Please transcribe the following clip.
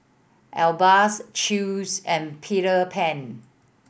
Alba Chew's and Peter Pan